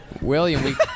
William